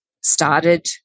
started